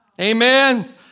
Amen